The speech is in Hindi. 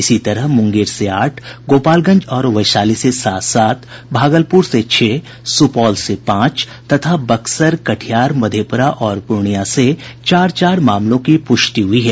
इसी तरह मुंगेर से आठ गोपालगंज और वैशाली से सात सात भागलपुर से छह सुपौल से पांच तथा बक्सर कटिहार मधेपुरा और पूर्णियां से चार चार मामलों की पुष्टि हुई है